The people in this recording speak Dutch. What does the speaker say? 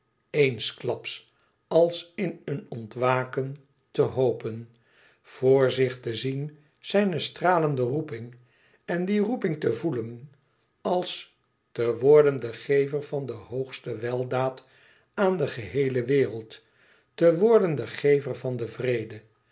eensklaps als in een ontwaken te hopen voor zich te zien zijn stralende roeping en die roeping te voelen als te worden de gever van de hoogste weldaad aan de geheele wereld te worden de gever van den vrede